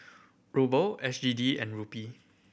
Ruble S G D and Rupee